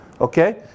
Okay